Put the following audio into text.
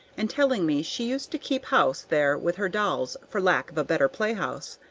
and telling me she used to keep house there with her dolls for lack of a better play-house,